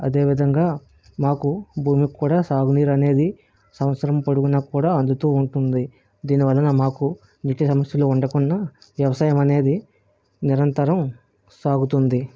అదేవిధంగా మాకు భూమికి కూడా సాగు నీరు అనేది సంవత్సరం పొడవునా కూడా అందుతూ ఉంటుంది దీనివలన మాకు నీటి సమస్యలు ఉండకుండా వ్యవసాయం అనేది నిరంతరం సాగుతుంది